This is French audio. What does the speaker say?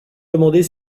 demander